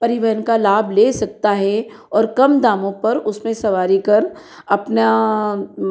परिवहन का लाभ ले सकता है और कम दामों पर उसमें सवारी कर अपना